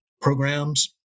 programs